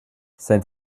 sein